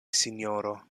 sinjoro